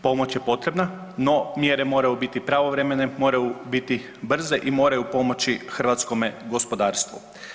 Pomoć je potrebna, no mjere moraju biti pravovremene, moraju biti brze i moraju pomoći hrvatskome gospodarstvu.